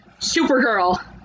Supergirl